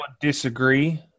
disagree